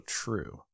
true